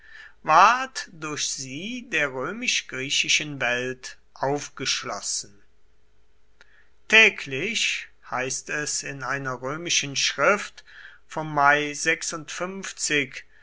ward durch sie der römisch griechischen welt aufgeschlossen täglich heißt es in einer römischen schrift vom mai